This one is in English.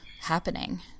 happening